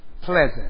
pleasant